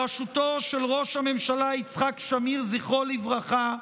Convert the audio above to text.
בראשותו של ראש הממשלה יצחק שמיר, זכרו לברכה,